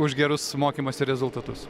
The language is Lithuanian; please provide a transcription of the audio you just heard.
už gerus mokymosi rezultatus